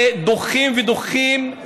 ודוחים ודוחים,